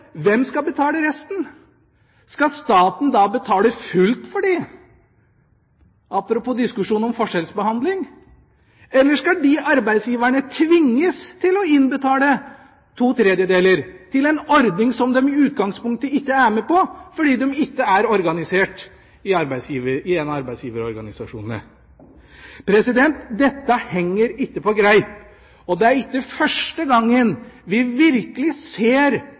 hvem skal betale resten? Skal staten da betale fullt for dem – apropos diskusjonen om forskjellsbehandling – eller skal de arbeidsgiverne tvinges til å innbetale to tredjedeler til en ordning som de i utgangspunktet ikke er med på fordi de ikke er organisert i en av arbeidsgiverorganisasjonene? Dette henger ikke på greip, og det er ikke første gang vi virkelig ser